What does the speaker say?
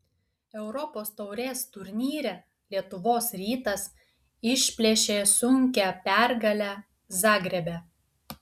europos taurės turnyre lietuvos rytas išplėšė sunkią pergalę zagrebe